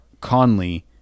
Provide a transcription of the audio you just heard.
Conley